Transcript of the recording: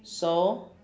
so